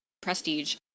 prestige